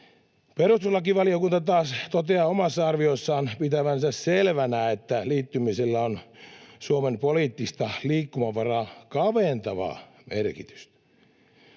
Perustuslakivaliokunta taas toteaa omassa arviossaan pitävänsä selvänä, että liittymisellä on Suomen poliittista liikkumavaraa kaventavaa merkitystä.